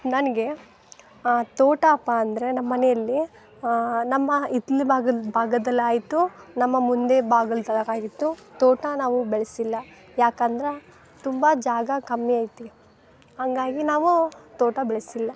ನನಗೆ ತೋಟಾಪ ಅಂದರೆ ನಮ್ಮ ಮನೆಯಲ್ಲಿ ನಮ್ಮ ಹಿತ್ಲು ಬಾಗಲ್ದ್ ಭಾಗದಲ್ಲಿ ಆಯಿತು ನಮ್ಮ ಮುಂದೆ ಬಾಗಲ್ದಲ್ಲಿ ಆಗಿತ್ತು ತೋಟ ನಾವು ಬೆಳೆಸಿಲ್ಲ ಯಾಕಂದ್ರೆ ತುಂಬ ಜಾಗ ಕಮ್ಮಿ ಐತಿ ಹಂಗಾಗಿ ನಾವು ತೋಟ ಬೆಳೆಸಿಲ್ಲ